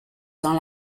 dans